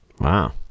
Wow